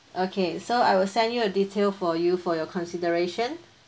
okay so I will send you a detail for you for your consideration